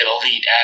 Elite